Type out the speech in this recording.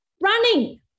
Running